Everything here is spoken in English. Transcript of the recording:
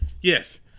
Yes